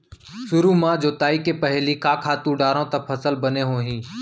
सुरु म जोताई के पहिली का खातू डारव त फसल बने होही?